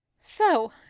So